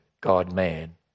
God-man